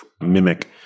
mimic